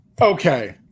Okay